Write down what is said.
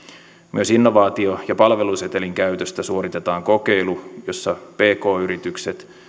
myös innovaatio ja palvelusetelin käytöstä suoritetaan kokeilu jossa pk yritykset